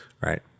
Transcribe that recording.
right